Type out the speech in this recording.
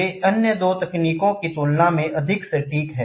वे अन्य दो तकनीकों की तुलना में अधिक सटीक है